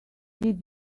did